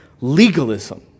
legalism